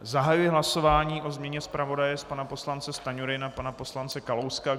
Zahajuji hlasování o změně zpravodaje z pana poslance Stanjury na pana poslance Kalouska.